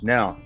Now